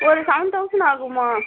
ஒரு seven thousand ஆகும்மா